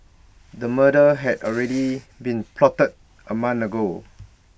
A murder had already been plotted A month ago